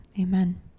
Amen